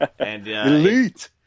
Elite